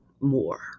more